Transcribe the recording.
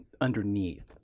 underneath